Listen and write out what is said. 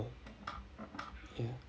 ya